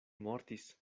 mortis